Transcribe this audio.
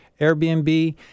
Airbnb